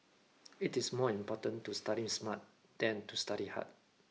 it is more important to studying smart than to study hard